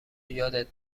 یادت